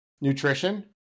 nutrition